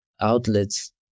outlets